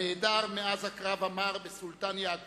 שנעדר מאז הקרב המר בסולטן-יעקוב